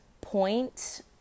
point